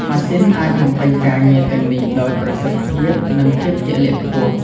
ម៉ាស៊ីនអាចបំពេញការងារទាំងនេះដោយប្រសិទ្ធភាព និងភាពជាក់លាក់ខ្ពស់។